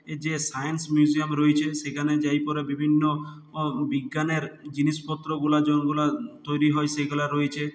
এই যে science museum রইছে সেখানে যাই পরে বিভিন্ন বিজ্ঞানের জিনিসপত্রগুলা যেইগুলা তৈরি হয় সেগুলা রয়েছে